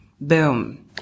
boom